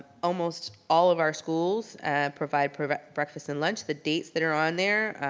almost all of our schools provide provide breakfast and lunch. the dates that are on there,